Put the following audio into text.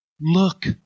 Look